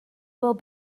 will